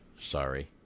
Sorry